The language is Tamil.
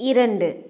இரண்டு